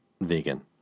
Vegan